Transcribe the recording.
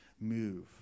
move